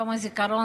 בתוך קרון